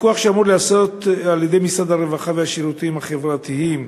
הפיקוח אמור להיעשות על-ידי משרד הרווחה והשירותים החברתיים,